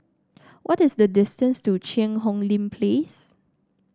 what is the distance to Cheang Hong Lim Place